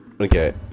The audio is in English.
Okay